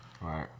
right